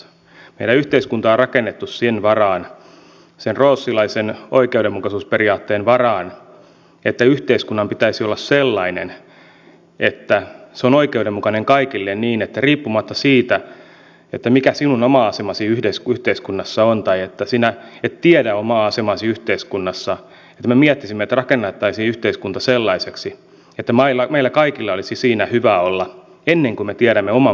meidän yhteiskuntamme on rakennettu sen varaan sen rawlsilaisen oikeudenmukaisuusperiaatteen varaan että yhteiskunnan pitäisi olla sellainen että se on oikeudenmukainen kaikille niin että riippumatta siitä mikä sinun oma asemasi yhteiskunnassa on tai että sinä et tiedä omaa asemaasi yhteiskunnassa me miettisimme että rakentaisimme yhteiskunnan sellaiseksi että meillä kaikilla olisi siinä hyvä olla ennen kuin me tiedämme oman paikkamme siinä